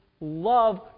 love